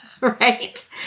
right